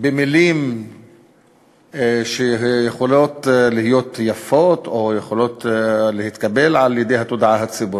במילים שיכולות להיות יפות או יכולות להתקבל בתודעה הציבורית,